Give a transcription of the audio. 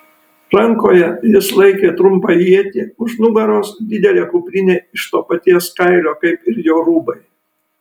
rankoje jis laikė trumpą ietį už nugaros didelė kuprinė iš to paties kailio kaip ir jo rūbai